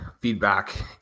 feedback